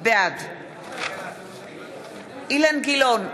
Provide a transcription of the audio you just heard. בעד אילן גילאון,